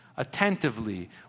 Attentively